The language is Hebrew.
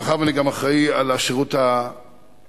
מאחר שאני גם אחראי לשירות האזרחי-לאומי,